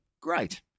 great